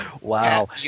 Wow